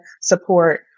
support